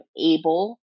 able